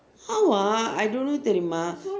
ஆமாம்:aama I don't know தெரியுமா:theriyumma